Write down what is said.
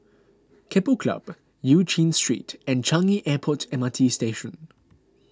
Keppel Club Eu Chin Street and Changi Airport M R T Station